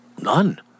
none